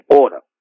order